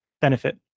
benefit